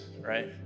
right